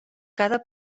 cada